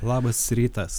labas rytas